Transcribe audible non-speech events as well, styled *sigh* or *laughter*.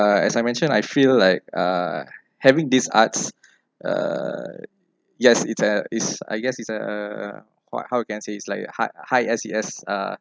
uh as I mentioned I feel like uh having this arts *breath* uh yes it's eh it's I guess it's uh *noise* how we can say it's like high high S_E_S uh